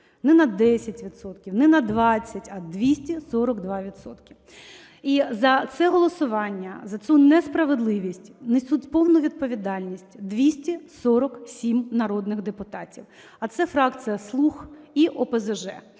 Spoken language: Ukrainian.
не на 20 – а 242 відсотки. І за це голосування, за цю несправедливість несуть повну відповідальність 247 народних депутатів. А це фракція "слуг" і ОПЗЖ,